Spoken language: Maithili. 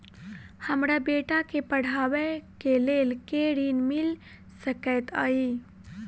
हमरा बेटा केँ पढ़ाबै केँ लेल केँ ऋण मिल सकैत अई?